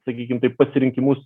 sakykim taip pasirinkimus